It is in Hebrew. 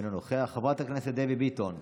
אינו נוכח, חברת הכנסת דבי ביטון,